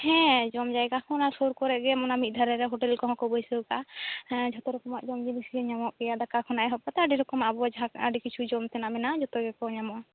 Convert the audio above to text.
ᱦᱮᱸ ᱡᱚᱢ ᱡᱟᱭᱜᱟ ᱦᱚᱸ ᱚᱱᱟ ᱥᱩᱨ ᱠᱚᱨᱮ ᱜᱮ ᱚᱱᱟ ᱢᱤᱫ ᱫᱷᱟᱨᱮ ᱨᱮ ᱦᱳᱴᱮᱞ ᱠᱚᱦᱚᱸ ᱠᱚ ᱵᱟᱹᱭᱥᱟᱹᱣ ᱠᱟᱜᱼᱟ ᱦᱮᱸ ᱡᱚᱛᱚ ᱨᱚᱠᱚᱢᱟᱜ ᱡᱚᱢ ᱡᱤᱱᱤᱥ ᱜᱮ ᱧᱟᱢᱚᱜ ᱜᱮᱭᱟ ᱫᱟᱠᱟ ᱠᱷᱚᱱᱟᱜ ᱮᱦᱚᱵ ᱠᱟᱛᱮᱫ ᱟᱹᱰᱤ ᱨᱚᱠᱚᱢᱟᱜ ᱟᱵᱚ ᱡᱟᱦᱟ ᱟᱹᱰᱤ ᱠᱤᱪᱷᱩ ᱡᱚᱢ ᱛᱮᱱᱟᱜ ᱢᱮᱱᱟᱜᱼᱟ ᱡᱚᱛᱚ ᱜᱮᱠᱚ ᱧᱟᱢᱚᱜᱼᱟ